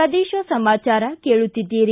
ಪ್ರದೇಶ ಸಮಾಚಾರ ಕೇಳುತ್ತೀದ್ದಿರಿ